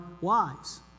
wives